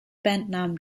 bandnamen